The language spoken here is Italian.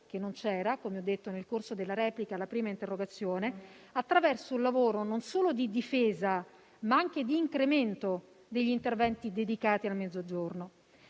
che non c'era, come ho ricordato nel corso della replica alla prima interrogazione - attraverso un lavoro non solo di difesa, ma anche di incremento degli interventi dedicati al Mezzogiorno.